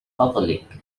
فضلك